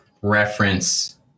reference